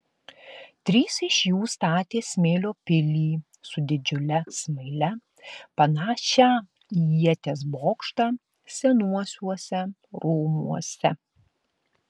trys iš jų statė smėlio pilį su didžiule smaile panašią į ieties bokštą senuosiuose rūmuose